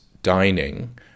dining